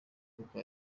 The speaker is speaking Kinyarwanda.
kuko